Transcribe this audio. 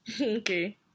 Okay